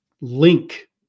link